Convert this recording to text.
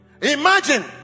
Imagine